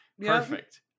perfect